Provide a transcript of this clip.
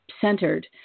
centered